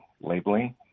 labeling